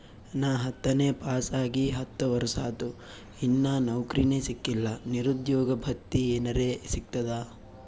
ನಾ ಹತ್ತನೇ ಪಾಸ್ ಆಗಿ ಹತ್ತ ವರ್ಸಾತು, ಇನ್ನಾ ನೌಕ್ರಿನೆ ಸಿಕಿಲ್ಲ, ನಿರುದ್ಯೋಗ ಭತ್ತಿ ಎನೆರೆ ಸಿಗ್ತದಾ?